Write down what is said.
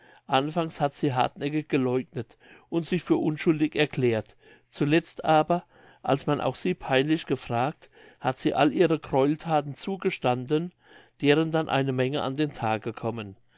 anfangs hat sie hartnäckig geläugnet und sich für unschuldig erklärt zuletzt aber als man auch sie peinlich gefragt hat sie alle ihre gräuelthaten zugestanden deren dann eine menge an den tag gekommen